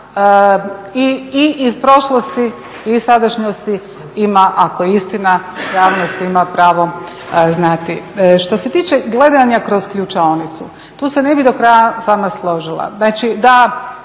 i iz prošlosti i sadašnjosti ako je istina javnost ima pravo znati. Što se tiče gledanja kroz ključaonicu, tu se ne bi do kraja s vama složila.